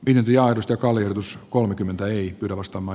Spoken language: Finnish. dementiahoidosta kaljoitus kolmekymmentä ei arvostama